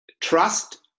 trust